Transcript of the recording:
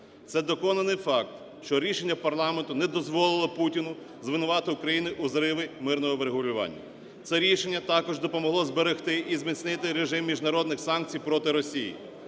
Це доконаний факт, що рішення парламенту не дозволило Путіну звинуватити Україну у зриві мирного врегулювання. Це рішення також допомогло зберегти і зміцнити режим міжнародних санкцій проти Росії.